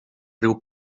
riu